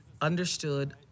understood